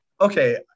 Okay